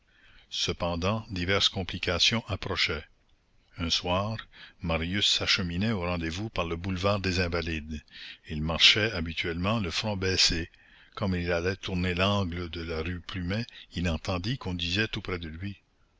cependant diverses complications approchaient un soir marius s'acheminait au rendez-vous par le boulevard des invalides il marchait habituellement le front baissé comme il allait tourner l'angle de la rue plumet il entendit qu'on disait tout près de lui